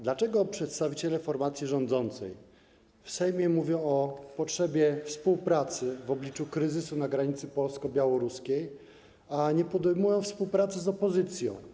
Dlaczego przedstawiciele formacji rządzącej w Sejmie mówią o potrzebie współpracy w obliczu kryzysu na granicy polsko-białoruskiej, a nie podejmują współpracy z opozycją?